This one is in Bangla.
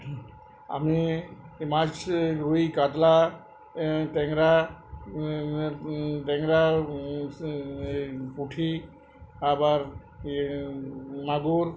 আমি মাছ রুই কাতলা ট্যাংরা ট্যাংরা পুটি আবার ই মাগুর